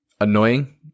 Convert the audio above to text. annoying